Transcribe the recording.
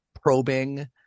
probing